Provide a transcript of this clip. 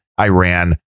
iran